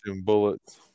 bullets